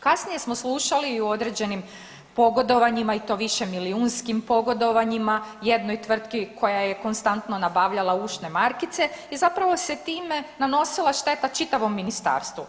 Kasnije smo slušali i o određenim pogodovanjima i to višemilijunskim pogodovanjima jednoj tvrtki koja je konstantno nabavljala ušne markice i zapravo se time nanosila šteta čitavom ministarstvu.